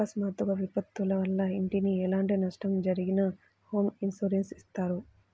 అకస్మాత్తుగా విపత్తుల వల్ల ఇంటికి ఎలాంటి నష్టం జరిగినా హోమ్ ఇన్సూరెన్స్ ఇత్తారు